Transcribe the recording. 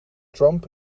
trump